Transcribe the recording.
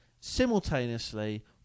simultaneously